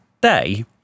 day